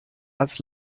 als